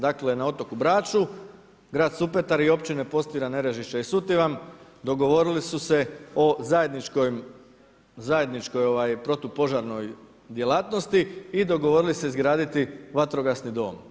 Dakle na otoku Braču, grad i Supetar i općine Postira, Nerežišća i Sutivan dogovorili su se o zajedničkoj protupožarnoj djelatnosti i dogovorili se izgraditi vatrogasni dom.